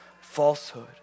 falsehood